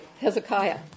Hezekiah